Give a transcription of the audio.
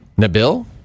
Nabil